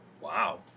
Wow